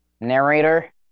Narrator